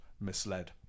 misled